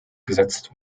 gesetzt